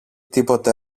τίποτε